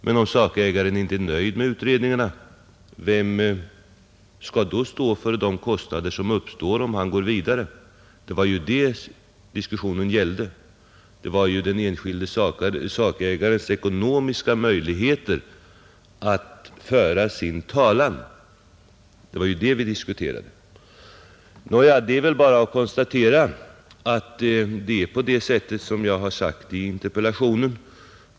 Men om sakägaren inte är nöjd med en utredning, vem skall då stå för de kostnader som uppstår, om han går vidare med ärendet? Det var det diskussionen gällde. Det var ju den enskilde sakägarens ekonomiska möjligheter att föra sin talan som vi diskuterade. Nå, det är väl bara att konstatera att det är så som jag sagt i min interpellation.